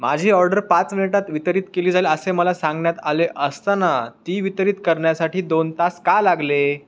माझी ऑर्डर पाच मिनिटात वितरित केली जाईल असे मला सांगण्यात आले असताना ती वितरित करण्यासाठी दोन तास का लागले